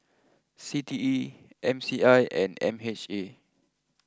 C T E M C I and M H A